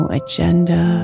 agenda